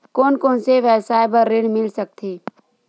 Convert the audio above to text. कोन कोन से व्यवसाय बर ऋण मिल सकथे?